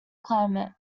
climate